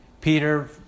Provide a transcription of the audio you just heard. Peter